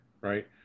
right